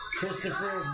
Christopher